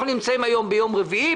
אנחנו נמצאים ביום רביעי.